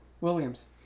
Williams